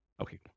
Okay